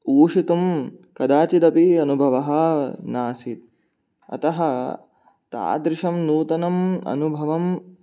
उषितुं कदाचिदपि अनुभवः नासीत् अतः तादृशं नूतनम् अनुभवं